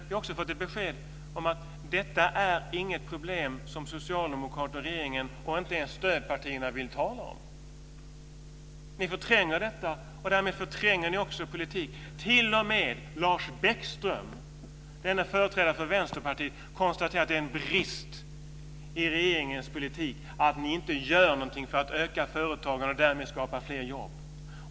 Vi har också fått ett besked om att detta inte är något problem som socialdemokraterna i regeringen, eller ens stödpartierna, vill tala om. Ni förtränger detta, och därmed förtränger ni också politiken. Vänsterpartiet, konstaterar att det är en brist i regeringens politik att ni inte gör något för att öka företagandet och därmed skapa fler jobb.